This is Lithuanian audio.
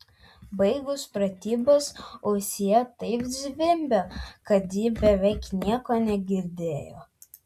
baigus pratybas ausyse taip zvimbė kad ji beveik nieko negirdėjo